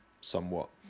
somewhat